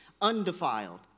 undefiled